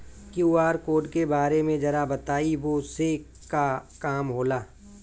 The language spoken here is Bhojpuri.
क्यू.आर कोड के बारे में जरा बताई वो से का काम होला?